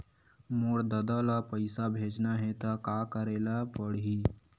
मोर ददा ल पईसा भेजना हे त का करे ल पड़हि?